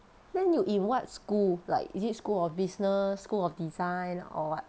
then you in what school like is it school of business school of design or what